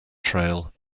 trail